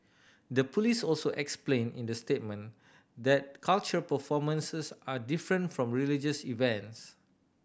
the police also explained in the statement that cultural performances are different from religious events